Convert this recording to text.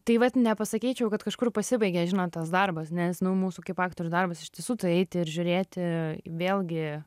tai vat nepasakyčiau kad kažkur pasibaigė žinot tas darbas nes nu mūsų kaip aktorių darbas iš tiesų tai eiti ir žiūrėti vėlgi